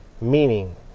meaning